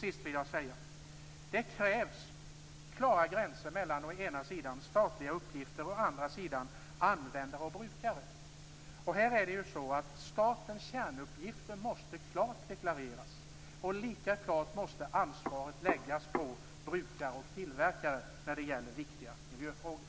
Jag vill till sist säga att det krävs klara gränser mellan uppgifter som åvilar å ena sidan staten, å andra sidan användare och brukare. Här måste statens kärnuppgifter klart deklareras. Lika klart måste ansvaret läggas på brukare och tillverkare i viktiga miljöfrågor.